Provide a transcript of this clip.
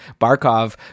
Barkov